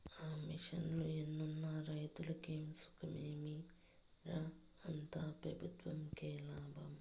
ఆ మిషన్లు ఎన్నున్న రైతులకి సుఖమేమి రా, అంతా పెబుత్వంకే లాభం